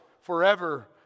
forever